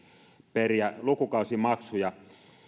periä lukukausimaksuja